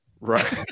Right